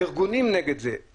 הארגונים נגד זה,